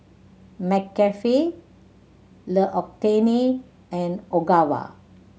McCafe L'Occitane and Ogawa